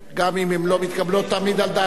גם אם הן לא מתקבלות תמיד על דעתנו,